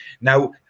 Now